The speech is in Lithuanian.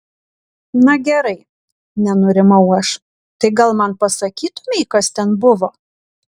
na gerai nenurimau aš tai gal man pasakytumei kas ten buvo